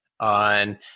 on